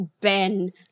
Ben